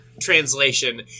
translation